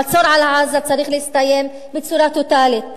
המצור על עזה צריך להסתיים בצורה טוטלית.